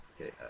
Okay